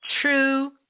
True